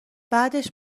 بعدش